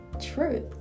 Truth